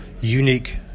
unique